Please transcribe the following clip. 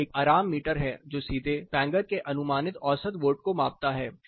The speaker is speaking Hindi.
यह एक आराम मीटर है जो सीधे फैंगर के अनुमानित औसत वोट को मापता है